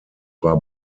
war